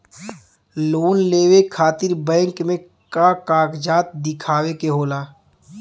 Loan लेवे खातिर bank मे का कागजात दिखावे के होला?